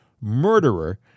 murderer